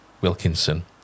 wilkinson